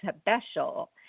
special